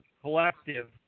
Collective